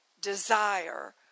desire